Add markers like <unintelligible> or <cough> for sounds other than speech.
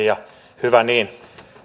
<unintelligible> ja hyvä niin